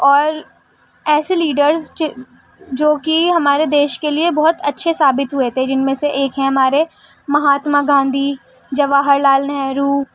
اور ایسے لیڈرس جو کہ ہمارے دیش کے لیے بہت اچھے ثابت ہوئے تھے جن میں سے ایک ہیں ہمارے مہاتما گاندھی جواہر لعل نہرو